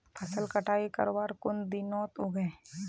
फसल कटाई करवार कुन दिनोत उगैहे?